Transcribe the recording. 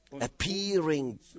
appearing